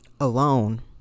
alone